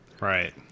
Right